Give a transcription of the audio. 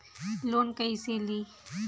Loan कईसे ली?